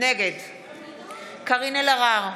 נגד קארין אלהרר,